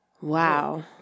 Wow